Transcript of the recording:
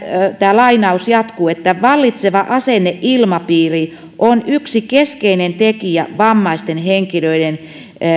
tämä lainaus jatkuu että vallitseva asenneilmapiiri on yksi keskeinen tekijä vammaisten henkilöiden